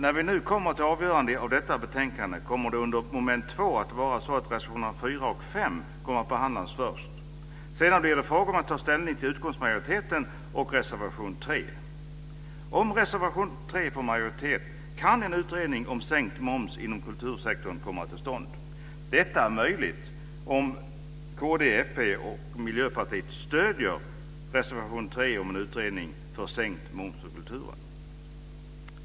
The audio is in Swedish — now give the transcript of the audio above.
När vi kommer till avgörande av detta betänkande kommer det under punkt 2 att vara så att reservationerna 4 och 5 behandlas först. Sedan blir det fråga om att ta ställning till utskottsmajoritetens förslag och reservation 3. Om reservation 3 får majoritet kan en utredning om sänkt moms inom kultursektorn komma till stånd. Detta är möjligt om kd, fp och mp stöder reservation 3 om en utredning för sänkt moms på kulturen.